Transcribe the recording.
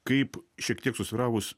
kaip šiek tiek susvyravus